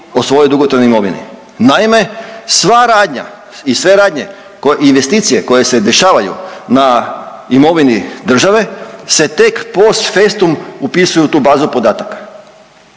o svojoj dugotrajnoj imovini. Naime, sva radnja i sve radnje i investicije koje se dešavaju na imovini države se tek post festum upisuju u tu bazu podataka.